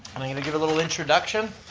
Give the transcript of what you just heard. i'm going to give a little introduction.